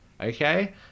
Okay